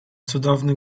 cudowny